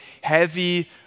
heavy